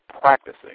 practicing